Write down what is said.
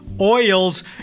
oils